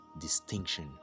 distinction